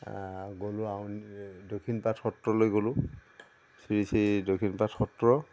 গ'লোঁ আৰু দক্ষিণপাট সত্ৰলৈ গ'লোঁ শ্ৰী শ্ৰী দক্ষিণপাট সত্ৰ